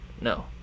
No